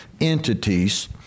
entities